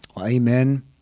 amen